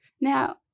Now